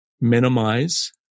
minimize